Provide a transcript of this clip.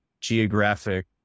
geographic